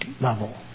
level